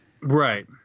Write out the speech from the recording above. Right